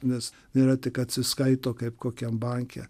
nes yra tik atsiskaito kaip kokiam banke